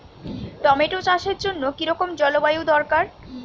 Tomato চাষের জন্য কি রকম জলবায়ু দরকার?